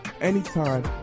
anytime